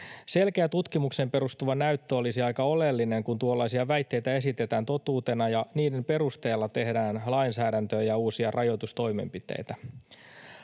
Selkeä tutkimukseen perustuva näyttö olisi aika oleellinen, kun tuollaisia väitteitä esitetään totuutena ja niiden perusteella tehdään lainsäädäntöä ja uusia rajoitustoimenpiteitä.